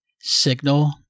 Signal